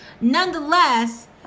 nonetheless